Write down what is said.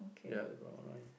ya no problem